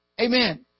Amen